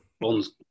Bond's